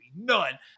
none